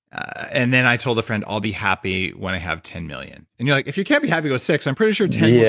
and then i told a friend i'll be happy when i have ten million and dollars. like if you can't be happy with six i'm pretty sure ten yeah